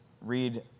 read